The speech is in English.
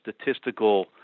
statistical